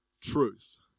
Truth